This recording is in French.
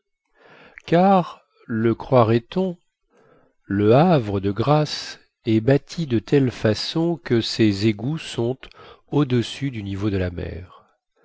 car le croirait-on le havre de grâce est bâti de telle façon que ses égouts sont au-dessus du niveau de la mer